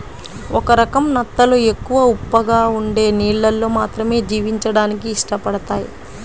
ఒక రకం నత్తలు ఎక్కువ ఉప్పగా ఉండే నీళ్ళల్లో మాత్రమే జీవించడానికి ఇష్టపడతయ్